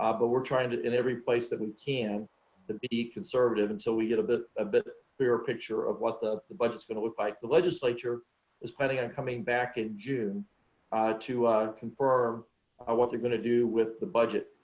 ah but we're trying to in every place that we can to be conservative until we get a bit ah bit clearer picture of what the the budgets going to look like. the legislature is planning on coming back in june to confirm what they're going to do with the budget.